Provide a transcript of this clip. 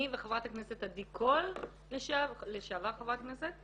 אני וחברת הכנסת לשעבר עדי קול,